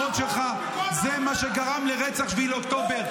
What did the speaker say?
7 באוקטובר